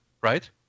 Right